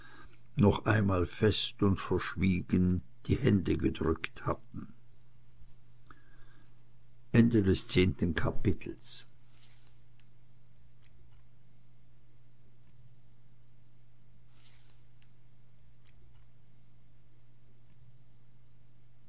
noch einmal fest und verschwiegen die hände gedrückt hatten elftes kapitel